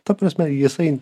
ta prasme jisai